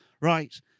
Right